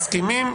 כולנו מסכימים,